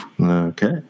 Okay